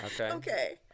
Okay